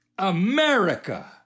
America